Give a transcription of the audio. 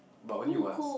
but only once